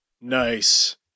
Nice